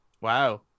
Wow